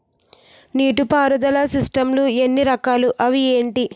నీటిపారుదల సిస్టమ్ లు ఎన్ని రకాలు? అవి ఏంటి?